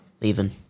Leaving